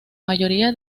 mayoría